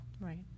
right